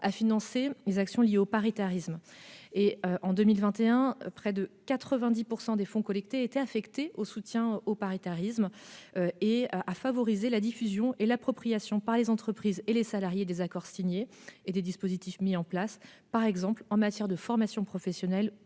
à financer les actions liées au paritarisme. En 2021, près de 90 % des fonds collectés étaient affectés au soutien du paritarisme et favorisaient la diffusion ainsi que l'appropriation, auprès des entreprises et des salariés, des accords signés et des dispositifs mis en place, par exemple en matière de formation professionnelle ou de prévoyance.